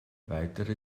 weitere